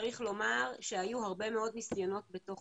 צריך לומר שהיו הרבה מאוד ניסיונות בתוך